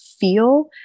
feel